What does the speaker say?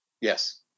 Yes